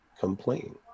Complain